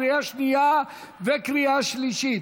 לקריאה שנייה וקריאה שלישית.